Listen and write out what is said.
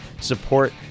support